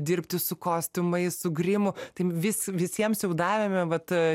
dirbti su kostiumais su grimu tai vis visiems jau davėme vat